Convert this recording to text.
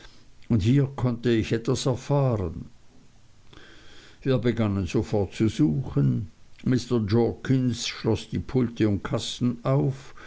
und hier konnte ich etwas erfahren wir begannen sofort zu suchen mr jorkins schloß die pulte und kasten auf